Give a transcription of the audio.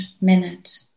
minute